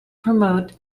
promote